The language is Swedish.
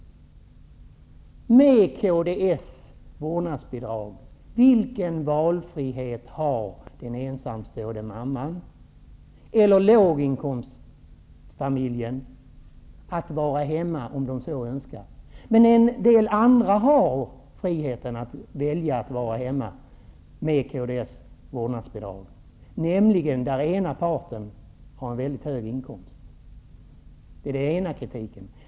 Med kds vårdnadsbidrag, vilken valfrihet har den ensamstående mamman eller låginkomstfamiljen att vara hemma, om de så önskar? Men en del andra har friheten att välja att vara hemma med kds vårdnadsbidrag, nämligen familjer där ena parten har en väldigt hög inkomst. Det är den ena kritiken.